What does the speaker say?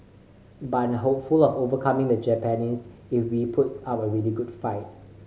but I'm hopeful of overcoming the Japanese if we put up a really good fight